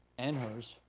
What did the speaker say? and hers.